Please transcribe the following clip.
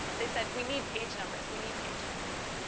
they said, we need page numbers. we need page numbers.